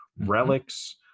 relics